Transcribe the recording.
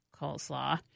coleslaw